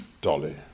Dolly